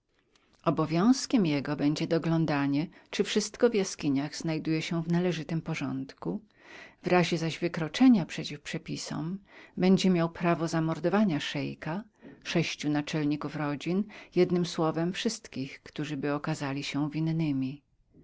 obowiązkiem jego będzie doglądanie czy wszystko w jaskiniach znajduje się w należytym porządku w razie zaś wykroczenia przeciw przepisom będzie miał prawo zamordowania szeika sześciu naczelników rodzin jednem słowem wszystkich którzyby okazali się winnymi w